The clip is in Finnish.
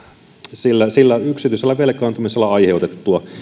sillä sillä yksityisellä velkaantumisella aiheutettua